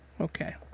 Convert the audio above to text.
Okay